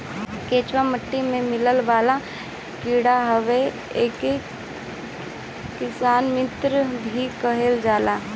केचुआ माटी में मिलेवाला कीड़ा हवे एके किसान मित्र भी कहल जाला